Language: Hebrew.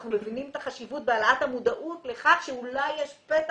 אנחנו מבינים את החשיבות בהעלאת המודעות לכך שאולי יש פתח